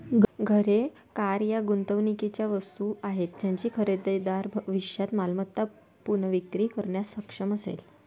घरे, कार या गुंतवणुकीच्या वस्तू आहेत ज्याची खरेदीदार भविष्यात मालमत्ता पुनर्विक्री करण्यास सक्षम असेल